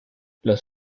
los